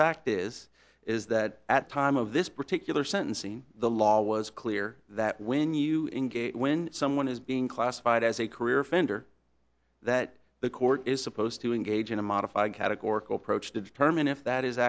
fact is is that at time of this particular sentencing the law was clear that when you engage when someone is being classified as a career offender that the court is supposed to engage in a modified categorical prochoice to determine if that is